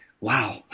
Wow